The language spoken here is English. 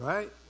Right